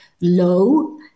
low